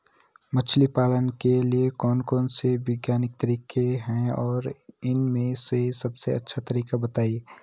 मछली पालन के लिए कौन कौन से वैज्ञानिक तरीके हैं और उन में से सबसे अच्छा तरीका बतायें?